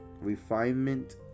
refinement